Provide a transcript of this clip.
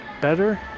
better